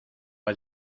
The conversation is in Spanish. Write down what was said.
has